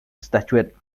statuette